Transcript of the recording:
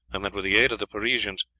and that, with the aid of the parisians,